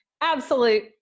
absolute